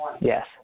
Yes